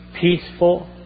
peaceful